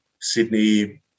Sydney